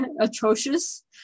atrocious